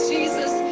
Jesus